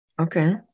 Okay